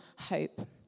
hope